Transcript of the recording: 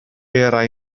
era